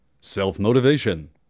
self-motivation